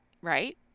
Right